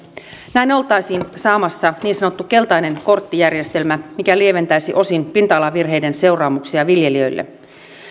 näin oltaisiin saamassa niin sanottu keltainen kortti järjestelmä mikä lieventäisi osin pinta alavirheiden seuraamuksia viljelijöille